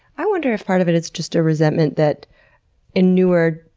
i wonder if part of it, it's just a resentment that a newer,